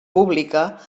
pública